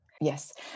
Yes